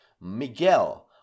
Miguel